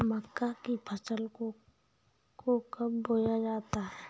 मक्का की फसल को कब बोया जाता है?